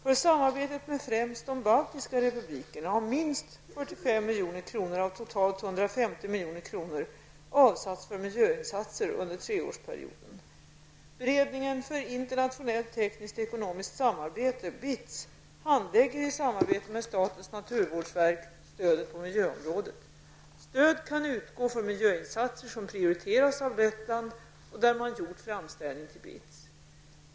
För samarbetet med främst de baltiska republikerna har minst 45 milj.kr. av totalt 150 Ekonomiskt Samarbete handlägger i samarbete med statens naturvårdsverk, stödet för miljöområdet. Stöd kan utgå för miljöinsatser som prioriteras av Lettland och där man gjort framställning till BITS.